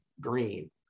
green